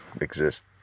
exist